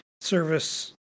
Service